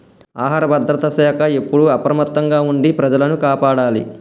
ఆహార భద్రత శాఖ ఎప్పుడు అప్రమత్తంగా ఉండి ప్రజలను కాపాడాలి